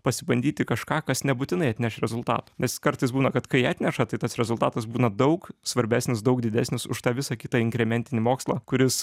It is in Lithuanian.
pasibandyti kažką kas nebūtinai atneš rezultatą nes kartais būna kad kai atneša tai tas rezultatas būna daug svarbesnis daug didesnis už tą visą kitą inkrementinį mokslą kuris